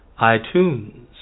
iTunes